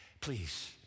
please